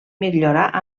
millorar